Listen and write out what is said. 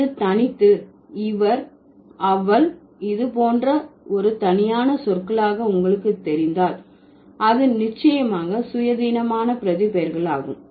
இது தனித்து அவர் அவள் அது போன்ற ஒரு தனியான சொற்களாக உங்களுக்கு தெரிந்தால் அது நிச்சயமாக சுயாதீனமான பிரதிபெயர்களாகும்